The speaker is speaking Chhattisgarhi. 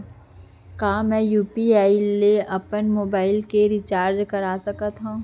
का मैं यू.पी.आई ले अपन मोबाइल के रिचार्ज कर सकथव?